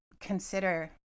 consider